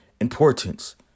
importance